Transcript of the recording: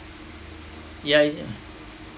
yeah ya